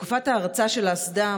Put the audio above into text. בתקופת ההרצה של האסדה,